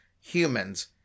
humans